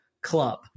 Club